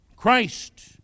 Christ